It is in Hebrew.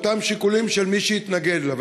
מאותם שיקולים של מי שהתנגד לה.